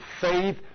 faith